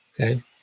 Okay